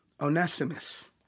Onesimus